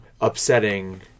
upsetting